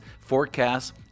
forecasts